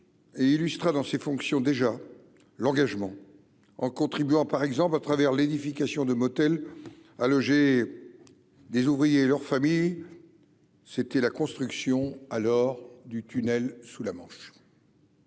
et illustré, dans ses fonctions, déjà l'engagement en contribuant par exemple à travers l'édification de motel à loger des ouvriers et leurs familles, c'était la construction alors du tunnel sous la Manche.